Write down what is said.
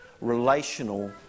relational